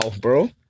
bro